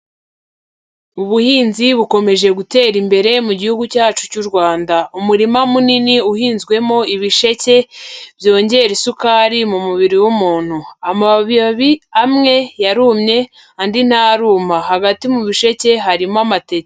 Ubuhinzi bukomeje gutera imbere mu gihugu cyacu cy'u Rwanda. Umurima munini uhinzwemo ibisheke byongera isukari mu mubiri w'umuntu. Amababi amwe yarumye, andi ntaruma. Hagati mu bisheke harimo amateke.